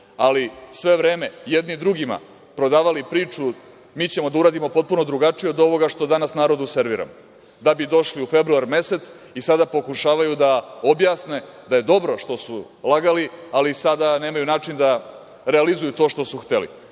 ali sve vreme jedni drugima prodavali priču – mi ćemo da uradimo potpuno drugačije od ovoga što danas narodu serviramo, da bi došli u februar mesec i sada pokušavaju da objasne da je dobro što su lagali, ali sada nemaju način da realizuju to što su hteli,